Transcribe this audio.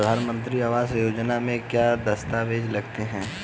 प्रधानमंत्री आवास योजना में क्या क्या दस्तावेज लगते हैं?